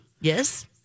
Yes